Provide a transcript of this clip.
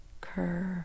curve